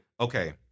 Okay